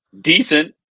Decent